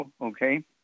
Okay